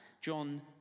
John